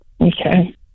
okay